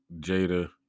Jada